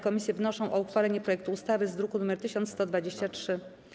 Komisje wnoszą o uchwalenie projektu ustawy z druku nr 1123.